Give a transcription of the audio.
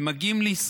והם מגיעים לישראל,